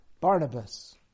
Barnabas